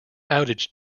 outage